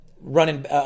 running